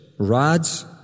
Rods